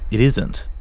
it isn't.